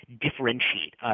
differentiate